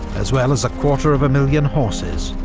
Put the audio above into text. as well as a quarter of a million horses,